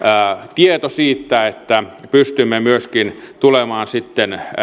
tieto siitä että pystymme myöskin tulemaan sitten